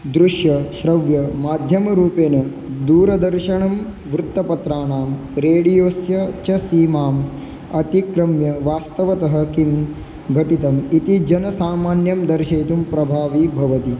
दृश्य श्रव्य माध्यमरूपेण दूरदर्शनं वृत्तपत्राणां रेडियोस्य च सीमाम् अतिक्रम्य वास्तवतः किं घटितम् इति जनसामान्यं दर्शयितुं प्रभावी भवति